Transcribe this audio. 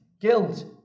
guilt